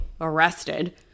arrested